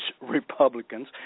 Republicans